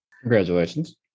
congratulations